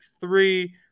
three